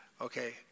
okay